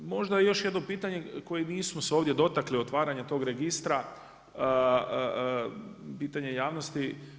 Možda još jedno pitanje koje nismo ovdje se dotakli otvaranja tog registra, pitanje javnosti.